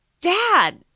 Dad